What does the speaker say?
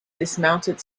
dismounted